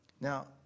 Now